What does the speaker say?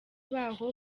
baho